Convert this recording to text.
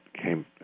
came